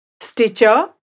Stitcher